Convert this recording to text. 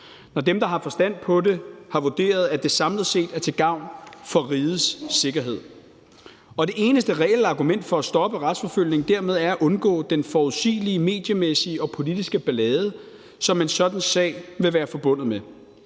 når dem, der har forstand på det, har vurderet, at det samlet set er til gavn for rigets sikkerhed, og det eneste reelle argument for at stoppe retsforfølgning dermed er at undgå den forudsigelige mediemæssige og politiske ballade, som en sådan sag vil være forbundet med.